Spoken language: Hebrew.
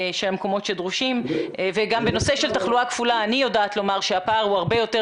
גם בנושא של תחלואה כפולה אני יודעת לומר שהפער הוא הרבה יותר